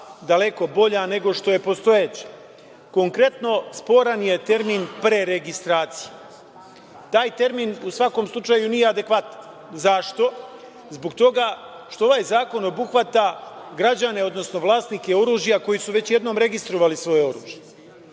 daleko bolja nego što je postojeća. Konkretno, sporan je termin preregistracije. Taj termin u svakom slučaju nije adekvatan. Zašto? Zbog toga što ovaj zakona obuhvata građane, odnosno vlasnike oružja koji su već jednom registrovali svoje oružje.